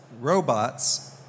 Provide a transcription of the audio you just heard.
robots